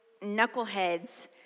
knuckleheads